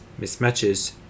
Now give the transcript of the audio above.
mismatches